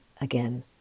again